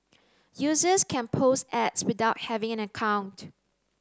users can post Ads without having an account